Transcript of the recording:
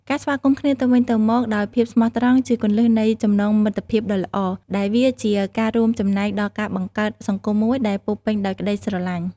ការស្វាគមន៍គ្នាទៅវិញទៅមកដោយភាពស្មោះត្រង់ជាគន្លឹះនៃចំណងមិត្តភាពដ៏ល្អ ដែលវាជាការរួមចំណែកដល់ការបង្កើតសង្គមមួយដែលពោរពេញដោយក្តីស្រឡាញ់។